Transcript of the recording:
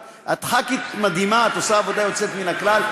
את ח"כית מדהימה, את עושה עבודה יוצאת מן הכלל.